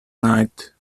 night